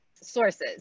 sources